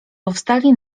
powstali